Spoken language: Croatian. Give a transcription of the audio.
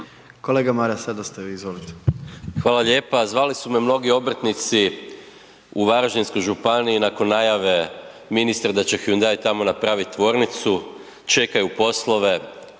**Maras, Gordan (SDP)** Hvala lijepa. Zvali su me mnogi obrtnici u Varaždinskoj županiji nakon najave ministra da će Hyundai tamo napravit tvornicu, čekaju poslove,